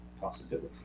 possibility